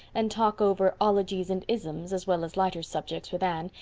and talk over ologies and isms, as well as lighter subjects, with anne,